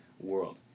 world